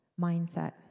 mindset